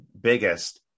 biggest